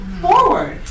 forward